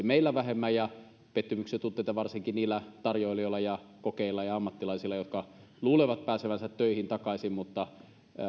meillä vähemmän ja varsinkin niillä tarjoilijoilla ja kokeilla ja ammattilaisilla jotka luulevat pääsevänsä töihin takaisin